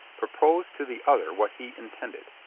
proposed to the other what he intended,